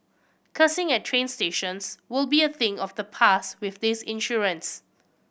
cursing at train stations will be a thing of the past with this insurance